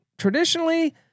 Traditionally